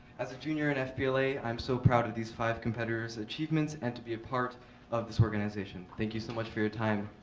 as a junior in fbla, i am so proud of these five competitors' achievements and to be a part of this organization. thank you so much for your time